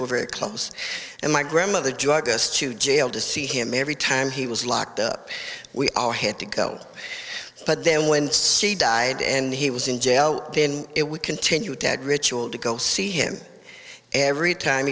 were very close and my grandmother drug us to jail to see him every time he was locked up we are had to go but then when c died and he was in jail in it we continued to add ritual to go see him every time